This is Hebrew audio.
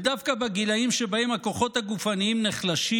ודווקא בגילים שבהם הכוחות הגופניים נחלשים,